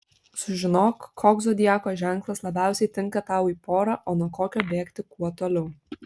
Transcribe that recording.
sužinok koks zodiako ženklas labiausiai tinka tau į porą o nuo kokio bėgti kuo toliau